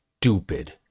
stupid